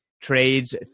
trades